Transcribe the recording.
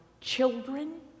children